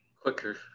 quicker